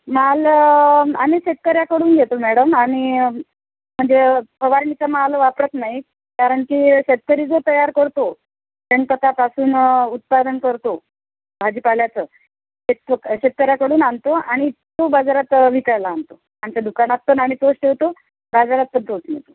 माल आम्ही शेतकऱ्याकडून घेतो मॅडम आणि म्हणजे फवारणीचा माल वापरत नाही कारणकी शेतकरी जो तयार करतो शेणखतापासून उत्पादन करतो भाजीपाल्याचं ते तुक् शेतकऱ्याकडून आणतो आणि तो बाजारात विकायला आणतो आमच्या दुकानात पण आम्ही तोच ठेवतो बाजारात पण तोच नेतो